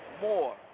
more